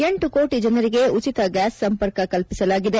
ಎಂಟು ಕೋಟ ಜನರಿಗೆ ಉಚಿತ ಗ್ಲಾಸ್ ಸಂಪರ್ಕ ಕಲ್ಪಿಸಲಾಗಿದೆ